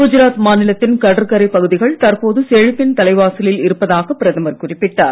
கஜராத் மாநிலத்தின் கடற்கரை பகுதிகள் தற்போது செழிப்பின் தலைவாசலில் இருப்பதாக பிரதமர் குறிப்பிட்டார்